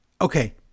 Okay